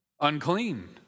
Unclean